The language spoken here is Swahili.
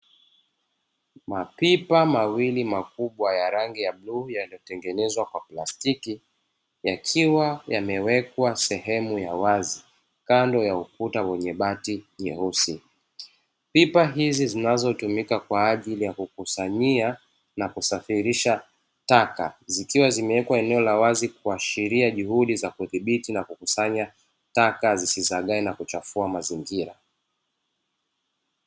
Mapipa mawili makubwa ya rangi ya buluu yaliyotengenezwa kwa plastiki yakiwa yamewekwa sehemu ya wazi kando ya ukuta wenye bati jeusi. Pipa hizi zinazotumika kwa ajili ya kukusanyia na kusafirisha taka zikiwa zimewekwa eneo la wazi kuashiria juhudi za kudhibiti na kukusanya taka zisizagae na kuchafua mazingira.